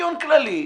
דיון כללי.